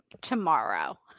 tomorrow